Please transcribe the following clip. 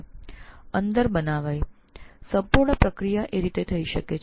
વર્ગખંડ અંતર્ગત ઉત્પન્ન કરી શકાય અને આ રીતે સમસ્ત પ્રક્રિયા કરી શકાય છે